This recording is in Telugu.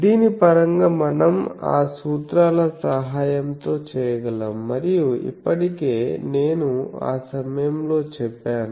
దీని పరంగా మనం ఆ సూత్రాల సహాయంతో చేయగలం మరియు ఇప్పటికే నేను ఆ సమయం లో చెప్పాను